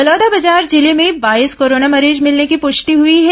बलौदाबाजार जिले में बाईस कोरोना मरीज भिलने की पृष्टि हुई है